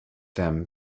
them